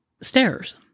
stairs